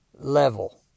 level